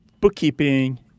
bookkeeping